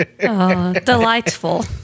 Delightful